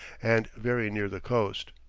and very near the coast.